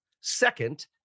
second